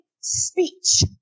speech